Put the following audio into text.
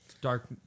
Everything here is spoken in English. dark